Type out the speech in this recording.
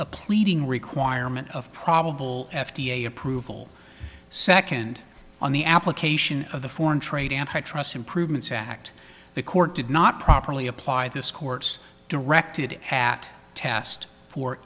a pleading requirement of probable f d a approval second on the application of the foreign trade antitrust improvements act the court did not properly apply this court's directed at test for